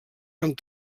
amb